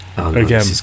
Again